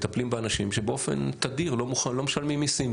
מטפלים באנשים שבאופן תדיר לא משלמים מיסים,